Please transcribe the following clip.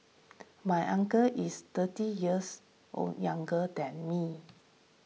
my uncle is thirty years old younger than me